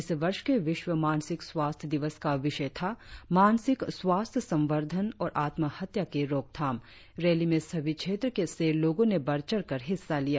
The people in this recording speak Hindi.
इस वर्ष के विश्व मानसिक स्वास्थ्य दिवस का विषय था मानसिक स्वास्थ्य संवर्धन और आत्महत्या की रोकथाम रैली में सभी क्षेत्र से लोगों ने बढ़चढ़कर हिस्सा लिया